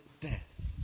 death